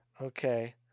Okay